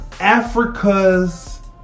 Africa's